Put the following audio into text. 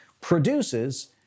produces